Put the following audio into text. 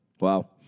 wow